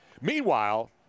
Meanwhile